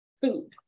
food